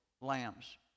lambs